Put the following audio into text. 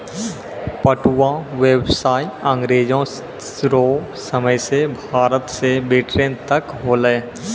पटुआ व्यसाय अँग्रेजो रो समय से भारत से ब्रिटेन तक होलै